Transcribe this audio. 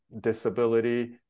disability